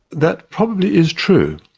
that probably is true.